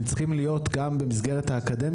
הם גם צריכים להיות במסגרת האקדמיה,